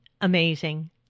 amazing